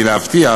היא להבטיח